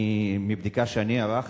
מבדיקה שאני ערכתי,